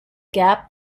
gap